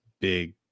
big